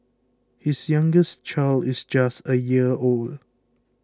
his youngest child is just a year old